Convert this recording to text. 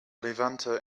levanter